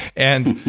and